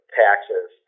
taxes